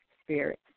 spirit